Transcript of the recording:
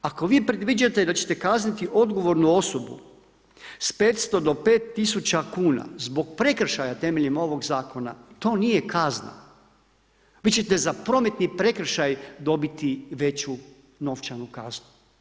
Ako vi predviđate da ćete kazniti odgovornu osobu s 500 do 5000 kn zbog prekršaja temeljem ovog zakona, to nije kazna, vi ćete za prometni prekršaj dobiti veću novčanu kaznu.